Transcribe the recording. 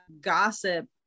gossip